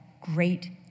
great